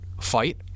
fight